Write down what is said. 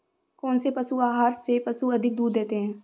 कौनसे पशु आहार से पशु अधिक दूध देते हैं?